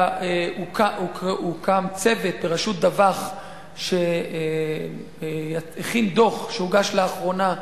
הוקם צוות בראשות דווח, שהכין דוח, שהוגש לאחרונה,